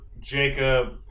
Jacob